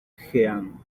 jean